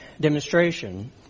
demonstration